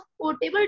portable